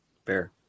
Fair